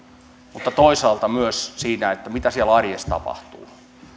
mutta toisaalta myös siinä mitä siellä arjessa tapahtuu